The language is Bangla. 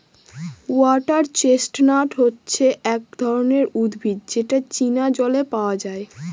ওয়াটার চেস্টনাট হচ্ছে এক ধরনের উদ্ভিদ যেটা চীনা জলে পাওয়া যায়